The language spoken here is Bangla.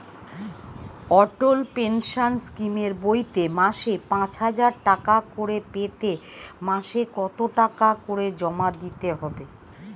অটল পেনশন স্কিমের বইতে মাসে পাঁচ হাজার টাকা করে পেতে মাসে কত টাকা করে জমা দিতে হবে?